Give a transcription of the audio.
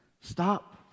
stop